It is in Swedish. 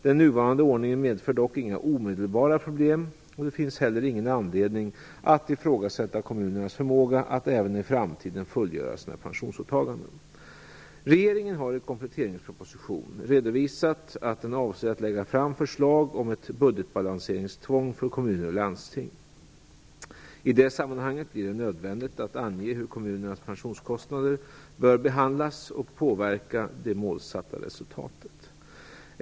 Den nuvarande ordningen medför dock inga omedelbara problem, och det finns heller ingen anledning att ifrågasätta kommunernas förmåga att även i framtiden fullgöra sina pensionsåtaganden. Regeringen har i kompletteringspropositionen redovisat att den avser att lägga fram förslag om ett budgetbalanseringstvång för kommuner och landsting. I detta sammanhang blir det nödvändigt att ange hur kommunernas pensionskostnader bör behandlas och påverka det målsatta resultatet.